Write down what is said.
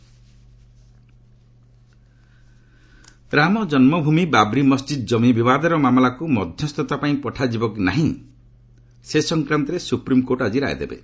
SC Ayodhya Ram Janmabhoomi Babri Masjid ଜମି ବିବାଦର ମାମଲାକୁ ମଧ୍ୟସ୍ଥତା ପାଇଁ ପଠାଯିବ କି ନାହିଁ ସେ ସଂକ୍ରାନ୍ତରେ ସୁପ୍ରିମ୍କୋର୍ଟ ଆଜି ରାୟ ଦେବେ